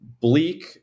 bleak